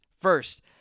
First